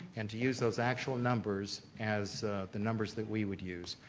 and to use those actual numbers as the numbers that we would use.